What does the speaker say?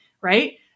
Right